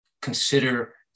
consider